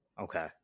Okay